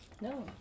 No